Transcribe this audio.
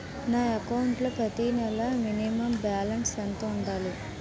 నా అకౌంట్ లో ప్రతి నెల మినిమం బాలన్స్ ఎంత ఉండాలి?